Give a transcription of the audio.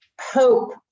hope